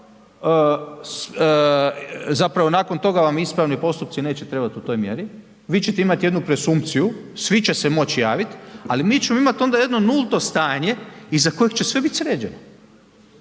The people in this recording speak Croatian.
zapravo nakon toga vam ispravni postupci neće trebati u toj mjeri, vi ćete imati jednu presumpciju, svi će moći javit ali mi ćemo imat onda jedno nulto stanje iza kojeg će sve bit sređeno